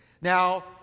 Now